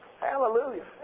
Hallelujah